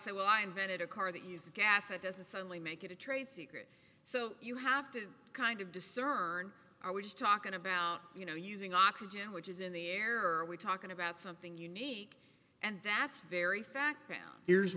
say well i invented a car that uses gas at this is suddenly make it a trade secret so you have to kind of discern i was talking about you know using oxygen which is in the air are we talking about something unique and that's very fact here's